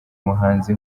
muhanzi